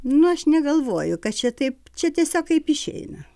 nu aš negalvoju kad čia taip čia tiesiog kaip išeina